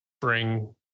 bring